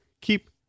keep